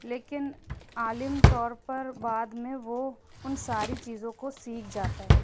لیکن عالم طور پر بعد میں وہ اُن ساری چیزوں کو سیکھ جاتا ہے